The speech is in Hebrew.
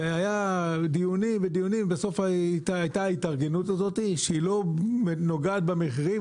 והיו דיונים ודיונים ובסוף הייתה ההתארגנות הזאת שהיא לא נוגעת במחירים,